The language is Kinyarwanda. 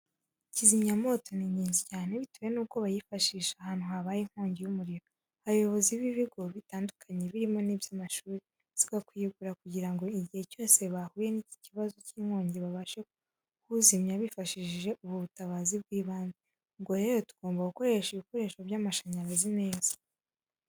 Kizimyamoto ni ingenzi cyane bitewe nuko bayifashisha ahantu habaye inkongi y'umuriro. Abayobozi b'ibigo bitandukanye birimo n'iby'amashuri, basabwa kuyigura kugira ngo igihe cyose bahuye n'iki kibazo cy'inkongi babashe kuwuzimya bifashishije ubu butabazi bw'ibanze. Ubwo rero Tugomba gukoresha ibikoresho by'amashanyarazi neza.